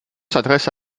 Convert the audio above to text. s’adresse